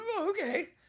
Okay